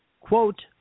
quote